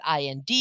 IND